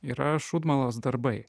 yra šūdmalos darbai